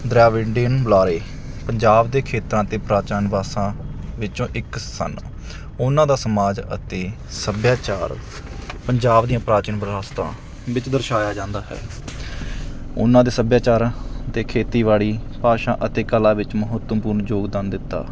ਡਰਾਵਿੰਡੀਨ ਬੁਲਾਰੇ ਪੰਜਾਬ ਦੇ ਖੇਤਰਾਂ ਅਤੇ ਪ੍ਰਾਚੀਨ ਬਾਸਾਂ ਵਿੱਚੋਂ ਇੱਕ ਸਨ ਉਹਨਾਂ ਦਾ ਸਮਾਜ ਅਤੇ ਸੱਭਿਆਚਾਰ ਪੰਜਾਬ ਦੀਆਂ ਪ੍ਰਾਚੀਨ ਵਿਰਾਸਤਾਂ ਵਿੱਚ ਦਰਸਾਇਆ ਜਾਂਦਾ ਹੈ ਉਹਨਾਂ ਨੇ ਸੱਭਿਆਚਾਰ ਅਤੇ ਖੇਤੀਬਾੜੀ ਭਾਸ਼ਾ ਅਤੇ ਕਲਾ ਵਿੱਚ ਮਹੱਤਵਪੂਰਨ ਯੋਗਦਾਨ ਦਿੱਤਾ